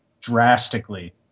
drastically